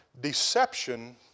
deception